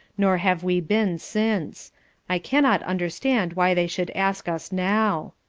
nor have we been since i cannot understand why they should ask us now.